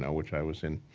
yeah which i was in.